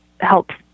helps